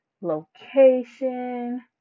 location